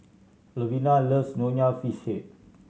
Lavina loves Nonya Fish Head